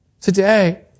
today